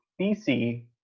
bc